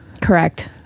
Correct